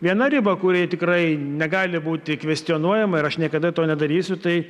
viena riba kuri tikrai negali būti kvestionuojama ir aš niekada to nedarysiu tai